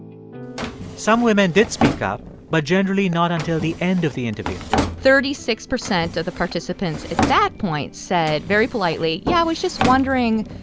some women did speak up but generally not until the end of the interview thirty-six percent of the participants at that point said very politely, yeah, i was just wondering,